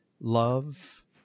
love